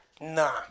Nah